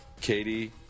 Katie